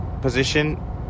position